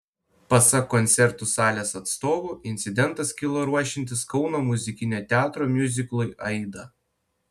pasak koncertų salės atstovų incidentas kilo ruošiantis kauno muzikinio teatro miuziklui aida